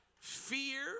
fear